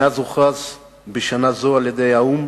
מאז הוכרז בשנה זו על-ידי האו"ם